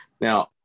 now